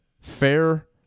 fair